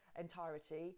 entirety